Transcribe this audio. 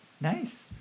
Nice